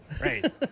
Right